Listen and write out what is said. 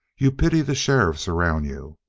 you pity the sheriffs around you.